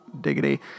diggity